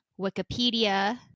Wikipedia